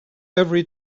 every